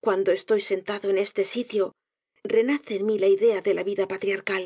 cuando estoy sentado en este sitio renace en m í la idea de la vida patriarcal